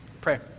Pray